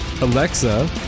Alexa